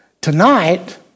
Tonight